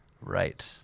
Right